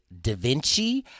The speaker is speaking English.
DaVinci